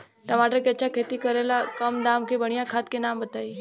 टमाटर के अच्छा खेती करेला कम दाम मे बढ़िया खाद के नाम बताई?